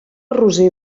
roser